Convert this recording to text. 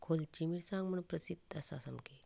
खोलची मिरसांग म्हूण प्रसिद्ध आसा सामकी